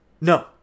No